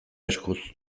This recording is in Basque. eskuz